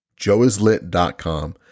joeislit.com